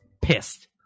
pissed